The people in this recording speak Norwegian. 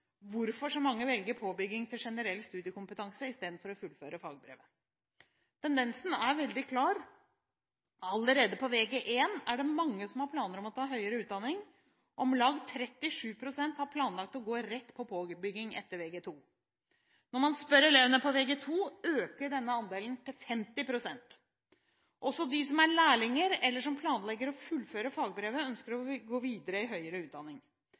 hvorfor så mange velger påbygging til generell studiekompetanse istedenfor å fullføre fagbrevet. Tendensen er veldig klar: Allerede på Vg1 er det mange som har planer om å ta høyere utdanning. Om lag 37 pst. har planlagt å gå rett på påbygging etter Vg2. Når man spør elevene på Vg2, øker denne andelen til 50 pst. Også de som er lærlinger, eller som planlegger å fullføre fagbrevet, ønsker å gå videre i høyere utdanning.